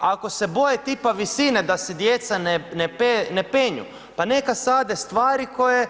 Ako se boje tipa visine da se djeca ne penju, pa neka sade stvari koje